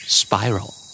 spiral